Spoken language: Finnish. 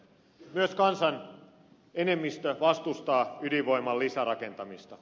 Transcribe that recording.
myös kansan enemmistö vastustaa ydinvoiman lisärakentamista